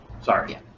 sorry